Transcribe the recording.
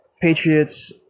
Patriots